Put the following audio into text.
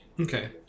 Okay